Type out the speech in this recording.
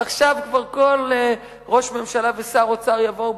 עכשיו כבר כל ראש ממשלה ושר אוצר יבואו